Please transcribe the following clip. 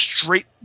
straight